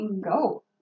go